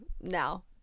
now